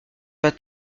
pas